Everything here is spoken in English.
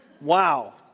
Wow